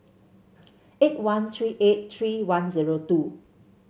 eight one three eight three one zero two